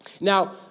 Now